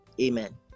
Amen